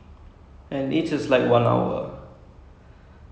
but like it's like game of thrones lah so one hour long each